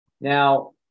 now